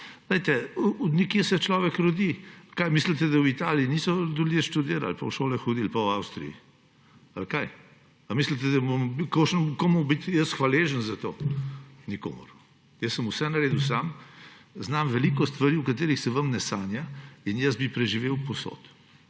glejte, nekje se človek rodi. Mislite, da v Italiji ljudje niso študirali pa v šole hodili, pa v Avstriji? Ali kaj?! Ali mislite, da moram biti jaz komu hvaležen za to? Nikomur. Jaz sem vse naredil sam, znam veliko stvari, o katerih se vam ne sanja, in jaz bi preživel povsod.